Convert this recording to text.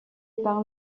par